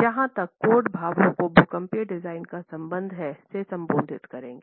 जहाँ तक कोड भावों को भूकंपीय डिजाइन का संबंध है से संबोधित करेंगे